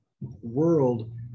world